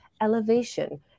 elevation